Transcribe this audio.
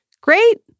Great